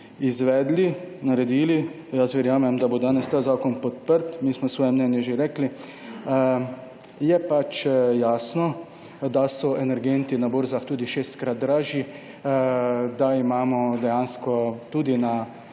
tudi naredili, jaz verjamem, da bo danes ta zakon podprt, mi smo svoje mnenje že povedali, je pač jasno, da so energenti na borzah tudi šestkrat dražji, da imamo dejansko tudi na